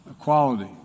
equality